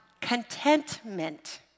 contentment